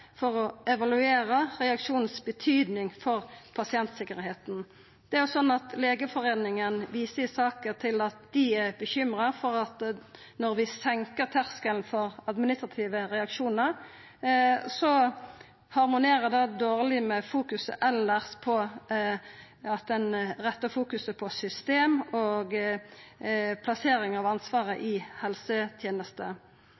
for å evaluera den betydinga reaksjonane har for pasientsikkerheita. Legeforeininga viser i saka til at dei er bekymra for at når vi senkar terskelen for administrative reaksjonar, harmonerer det dårleg med at fokuseringa elles er retta mot system og plassering av ansvaret